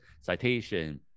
citation